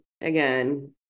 again